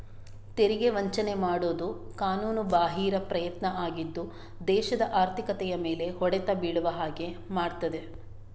ತೆರಿಗೆ ವಂಚನೆ ಮಾಡುದು ಕಾನೂನುಬಾಹಿರ ಪ್ರಯತ್ನ ಆಗಿದ್ದು ದೇಶದ ಆರ್ಥಿಕತೆಯ ಮೇಲೆ ಹೊಡೆತ ಬೀಳುವ ಹಾಗೆ ಮಾಡ್ತದೆ